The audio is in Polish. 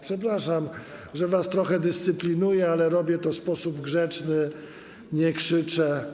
Przepraszam, że was trochę dyscyplinuję, ale robię to w sposób grzeczny, nie krzyczę.